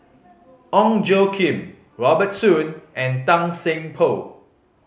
Ong Tjoe Kim Robert Soon and Tan Seng Poh